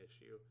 issue